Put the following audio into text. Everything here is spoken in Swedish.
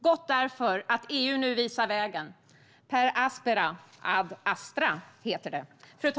Gott att EU nu visar vägen, per aspera ad astra. Fru talman!